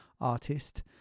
artist